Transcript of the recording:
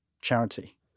charity